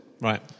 Right